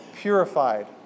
purified